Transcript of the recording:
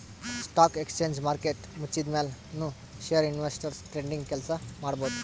stock exchange market ಮುಚ್ಚಿದ್ಮ್ಯಾಲ್ ನು share investors trading ಕೆಲ್ಸ ಮಾಡಬಹುದ್